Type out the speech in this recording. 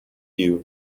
you